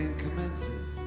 commences